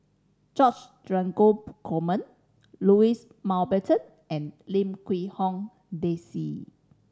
George Dromgold Coleman Louis Mountbatten and Lim Quee Hong Daisy